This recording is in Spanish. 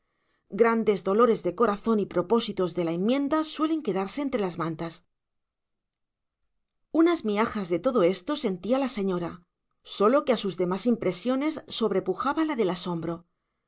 grandes dolores de corazón y propósitos de la enmienda suelen quedarse entre las mantas unas miajas de todo esto sentía la señora sólo que a sus demás impresiones sobrepujaba la del asombro